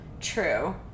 True